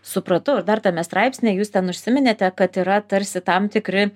supratau ir dar tame straipsnyje jūs ten užsiminėte kad yra tarsi tam tikri